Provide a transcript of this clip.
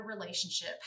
relationship